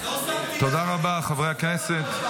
לא שמתי --- תודה רבה, חברי הכנסת.